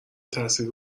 تأثیر